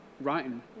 writing